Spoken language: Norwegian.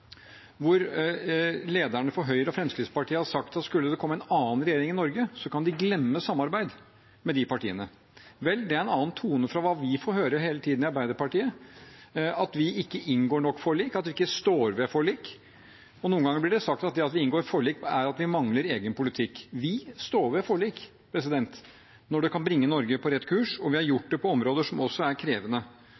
lederne for Høyre og Fremskrittspartiet har sagt at skulle det komme en annen regjering i Norge, kan de glemme samarbeid med de partiene. Vel, det er en annen tone enn det vi får høre hele tiden om Arbeiderpartiet – at vi ikke inngår nok forlik, og at vi ikke står ved forlik. Noen ganger blir det sagt at vi inngår forlik fordi vi mangler en egen politikk. Vi står ved forlik når det kan bringe Norge på rett kurs, og vi har